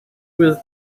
was